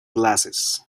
glasses